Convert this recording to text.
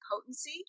potency